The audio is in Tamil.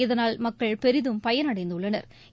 இதனால் மக்கள் பெரிதும் பயனடைந்துள்ளனா்